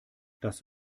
das